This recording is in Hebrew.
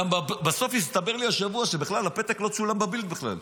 בסוף הסתבר לי השבוע שהפתק לא צולם בבילד בכלל.